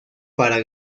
para